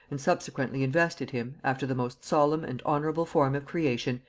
and subsequently invested him, after the most solemn and honorable form of creation,